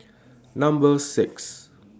Number six